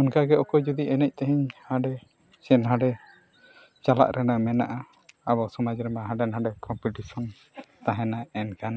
ᱚᱱᱠᱟᱜᱮ ᱚᱠᱚᱭ ᱡᱩᱫᱤ ᱮᱱᱮᱡ ᱛᱮᱦᱮᱧ ᱦᱟᱸᱰᱮ ᱥᱮ ᱱᱷᱟᱰᱮ ᱪᱟᱞᱟᱜ ᱨᱮᱱᱟᱜ ᱢᱮᱱᱟᱜᱼᱟ ᱟᱵᱚ ᱥᱚᱢᱟᱡᱽ ᱨᱮᱢᱟ ᱦᱟᱸᱰᱮ ᱱᱷᱟᱰᱮ ᱠᱚᱢᱯᱤᱴᱤᱥᱚᱱ ᱛᱟᱦᱮᱱᱟ ᱮᱱᱠᱷᱟᱱ